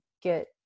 get